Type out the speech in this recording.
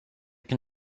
can